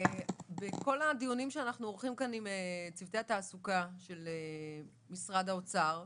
בכל הדיונים שאנחנו עורכים כאן עם צוותי התעסוקה של משרד האוצר,